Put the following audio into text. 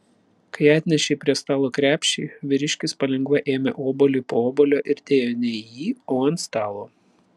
kai atnešei prie stalo krepšį vyriškis palengva ėmė obuolį po obuolio ir dėjo ne į jį o ant stalo